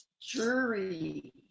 jury